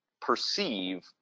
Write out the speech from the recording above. perceive